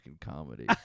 comedy